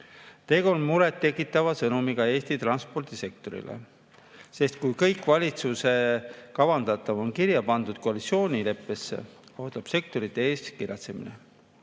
Tegu on murettekitava sõnumiga Eesti transpordisektorile, sest kui kõik valitsuse kavandatav on kirja pandud koalitsioonileppesse, ootab sektorit ees kiratsemine.